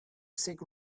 sick